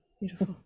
beautiful